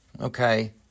okay